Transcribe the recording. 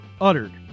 uttered